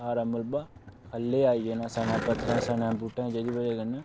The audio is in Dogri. सारा मलबा थ'ल्ले आई जाना सनें पत्थरें सनें बूह्टें जेह्दी बजह् कन्नै